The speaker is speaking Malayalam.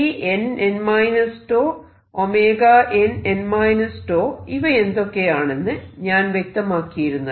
Cnn 𝞃 nn τഇവയെന്തൊക്കെയാണെന്നു ഞാൻ വ്യക്തമാക്കിയിരുന്നല്ലോ